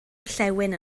orllewin